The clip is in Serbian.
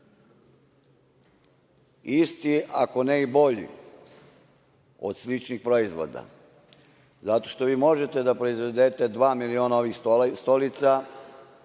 isti, ako ne i bolji od sličnih proizvoda, zato što možete da proizvedete dva miliona stolica,